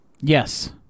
Yes